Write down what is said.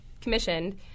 commissioned